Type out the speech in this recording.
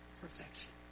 perfection